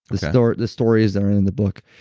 the stories the stories are in in the book.